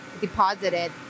deposited